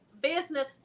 business